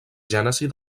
gènesi